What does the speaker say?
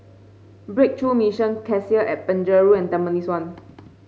Breakthrough Mission Cassia at Penjuru and Tampines one